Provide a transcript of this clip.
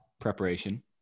preparation